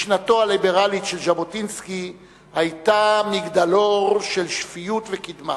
משנתו הליברלית של ז'בוטינסקי היתה מגדלור של שפיות וקדמה.